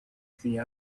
the